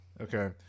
okay